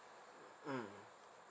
mm